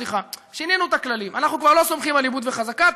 סליחה,